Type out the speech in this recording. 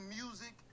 music